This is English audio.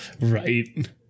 Right